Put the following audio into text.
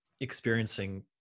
experiencing